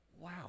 Wow